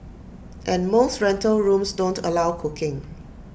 and most rental rooms don't allow cooking